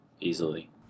easily